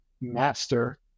master